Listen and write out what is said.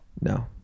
no